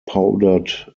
powdered